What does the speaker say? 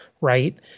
right